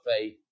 faith